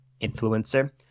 influencer